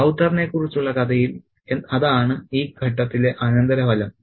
റൌത്തറിനെക്കുറിച്ചുള്ള കഥയിൽ അതാണ് ഈ ഘട്ടത്തിലെ അനന്തരഫലം